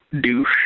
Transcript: Douche